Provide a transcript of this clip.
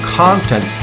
content